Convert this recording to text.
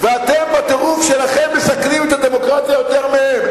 ואתם בטירוף שלכם מסכנים את הדמוקרטיה יותר מהם.